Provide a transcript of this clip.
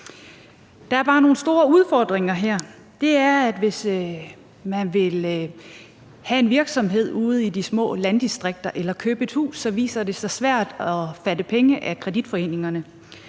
Der er bare nogle store udfordringer her, og det er, at hvis man vil starte en virksomhed eller købe et hus ude i de små landdistrikter, så viser det sig svært at låne penge af kreditforeningerne.